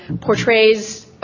portrays